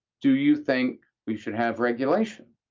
do you think we should have regulation?